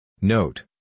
Note